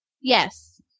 Yes